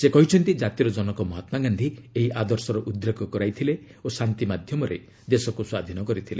ସେ କହିଛନ୍ତି ଜାତିର ଜନକ ମହାତ୍ଲା ଗାନ୍ଧି ଏହି ଆଦର୍ଶର ଉଦ୍ରେକ କରାଇଥିଲେ ଓ ଶାନ୍ତି ମାଧ୍ୟମରେ ଦେଶକୁ ସ୍ୱାଧୀନ କରିଥିଲେ